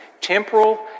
Temporal